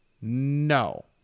no